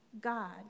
God